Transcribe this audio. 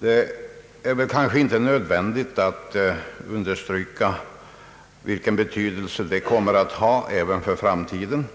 Det är kanske inte nödvändigt att understryka vilken betydelse det kommer att ha även för framtiden,